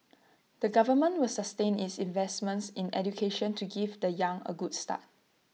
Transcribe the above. the government will sustain its investments in education to give the young A good start